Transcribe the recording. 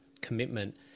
commitment